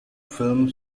film